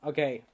Okay